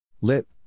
Lip